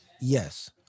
Yes